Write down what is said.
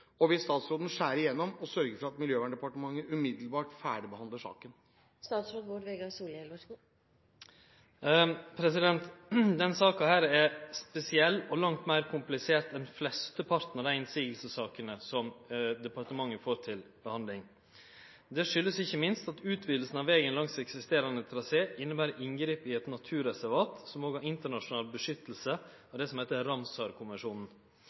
og hvor det skjer mange ulykker, og vil statsråden skjære igjennom og sørge for at Miljøverndepartementet umiddelbart ferdigbehandler saken?» Denne saka er spesiell og langt meir komplisert enn flesteparten av dei motsegnssakene som departementet får til behandling. Det har ikkje minst si årsak i at utvidinga av vegen langs eksisterande trasé inneber inngrep i eit naturreservat som òg har internasjonal beskyttelse etter det som